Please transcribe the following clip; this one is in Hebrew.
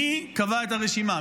מי קבע את הרשימה?